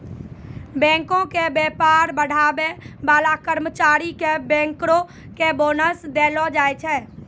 बैंको के व्यापार बढ़ाबै बाला कर्मचारी के बैंकरो के बोनस देलो जाय छै